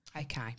Okay